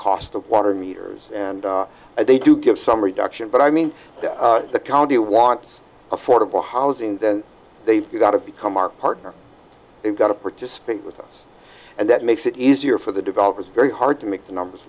cost of water meters and they do give some reduction but i mean the county wants affordable housing then they've got to become our partner they've got to participate with us and that makes it easier for the developers very hard to make the numbers